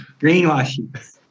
greenwashing